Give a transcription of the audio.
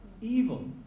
evil